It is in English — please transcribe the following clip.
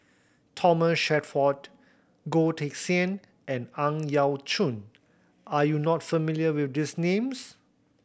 Thomas Shelford Goh Teck Sian and Ang Yau Choon are you not familiar with these names